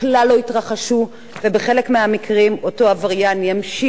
לא יתרחשו ובחלק מהמקרים אותו עבריין ימשיך